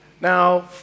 Now